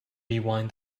rewind